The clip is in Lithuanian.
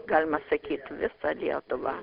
galima sakyt visą lietuvą